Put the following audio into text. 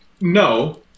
no